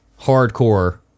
hardcore